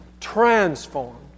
transformed